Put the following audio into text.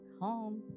home